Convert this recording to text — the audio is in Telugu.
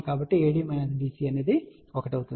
కాబట్టి AD BC 1 అవుతుంది